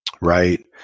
Right